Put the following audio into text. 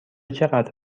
چقدر